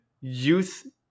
youth